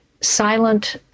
silent